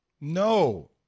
No